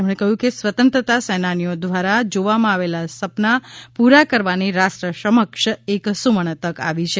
તેમણે કહ્યું કે સ્વતંત્રતા સેનાનીઓ દ્વારા જોવામાં આવેલાં સપનાં પૂરા કરવાની રાષ્ટ્ર સમક્ષ એક સુવર્ણ તક આવી છે